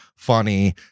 funny